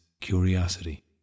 curiosity